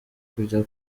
kujya